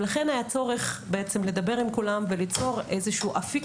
לכן היה צורך לדבר עם כולם וליצור אפיק